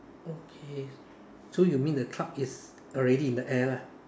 okay so you mean the club is already in the air lah